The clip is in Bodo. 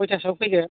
कयथासोआव फैगोन